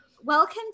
welcome